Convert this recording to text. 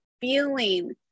feeling